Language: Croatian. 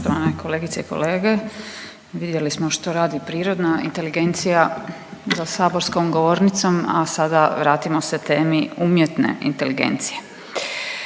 kolegice i kolege vidjeli smo što radi prirodna inteligencija za saborskom govornicom, a sada vratimo se temi umjetne inteligencije.